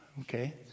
Okay